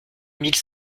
mille